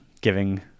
giving